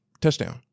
Touchdown